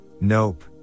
nope